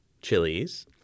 chilies